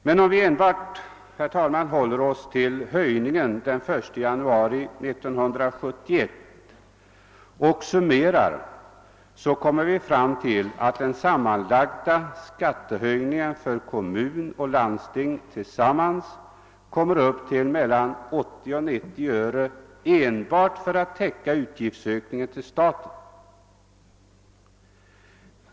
Men om vi enbart, herr talman, håller oss till höjningen den 1 januari 1971 och summerar, så kommer vi fram till att den sammanlagda skattehöjningen för kommun och landsting kommer upp till mellan 80 och 90 öre enbart för att täcka utgiftsökningen till staten.